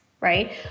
right